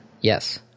Yes